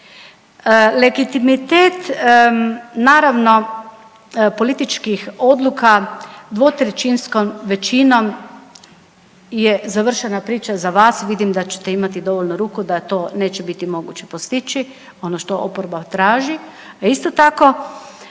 Legitimitet naravno političkih odluka dvotrećinskom većinom je završena priča za vas, vidim da ćete imati dovoljno ruku da to neće biti moguće postići, ono što oporba traži. A isto tako